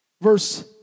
Verse